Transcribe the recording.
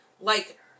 Like-